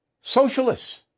socialists